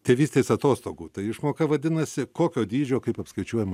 tėvystės atostogų ta išmoka vadinasi kokio dydžio kaip apskaičiuojama